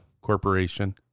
Corporation